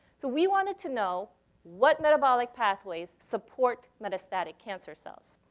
so we wanted to know what metabolic pathways support metastatic cancer cells.